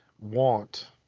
want